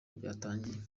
byatangiye